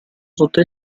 sotto